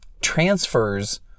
transfers